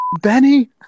Benny